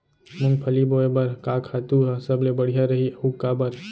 मूंगफली बोए बर का खातू ह सबले बढ़िया रही, अऊ काबर?